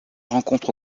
rencontre